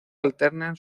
alternan